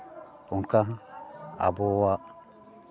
ᱚᱱᱠᱟ ᱟᱵᱚᱣᱟᱜ